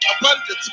abundance